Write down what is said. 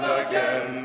again